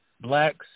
Blacks